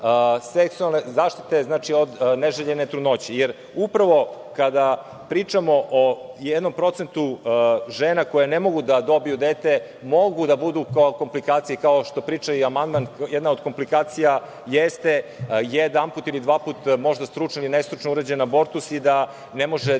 seksualne zaštite od neželjene trudnoće. Upravo kada pričamo o jednom procentu žena koje ne mogu da dobiju dete, mogu da budu komplikacije, kao što priča i amandman, jedna od komplikacija jeste jedanput ili dva puta, možda stručno ili nestručno urađen abortus i da ne može da